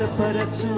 ah predator